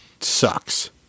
sucks